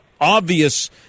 obvious